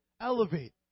elevate